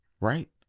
right